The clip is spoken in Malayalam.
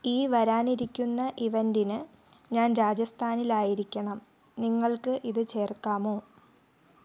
ഈ വരാനിരിക്കുന്ന ഇവൻ്റിന് ഞാൻ രാജസ്ഥാനിൽ ആയിരിക്കണം നിങ്ങൾക്ക് ഇത് ചേർക്കാമോ